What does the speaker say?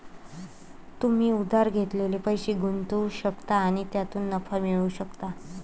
तुम्ही उधार घेतलेले पैसे गुंतवू शकता आणि त्यातून नफा मिळवू शकता